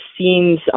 seems